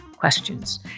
questions